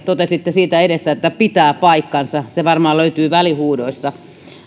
totesitte siitä edestä että pitää paikkansa se varmaan löytyy välihuudoista